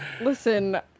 Listen